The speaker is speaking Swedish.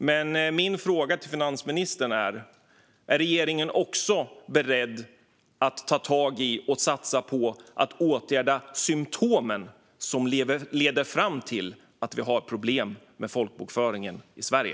Men min fråga till finansministern är om regeringen också är beredd att ta tag i och satsa på att åtgärda de symtom som leder fram till att vi har problem med folkbokföringen i Sverige.